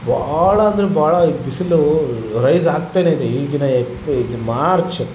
ಭಾಳ ಅಂದ್ರೆ ಭಾಳ ಬಿಸಿಲು ರೈಸ್ ಆಗ್ತಾನೆಯಿದೆ ಈಗಿನ ಎಪ್ಪೆ ಇದು ಮಾರ್ಚ್